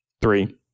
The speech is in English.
Three